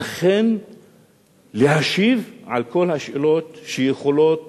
אכן להשיב על כל השאלות שיכולות